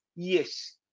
Yes